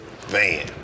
van